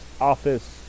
office